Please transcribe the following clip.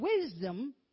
wisdom